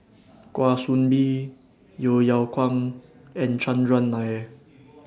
Kwa Soon Bee Yeo Yeow Kwang and Chandran Nair